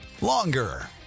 longer